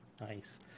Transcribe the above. nice